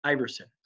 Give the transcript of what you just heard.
Iverson